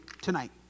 tonight